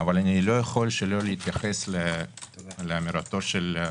אבל איני יכול שלא להתייחס לאמירה של פרופ'